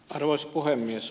arvoisa puhemies